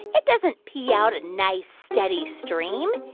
it doesn't pee out a nice steady stream.